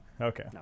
Okay